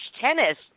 tennis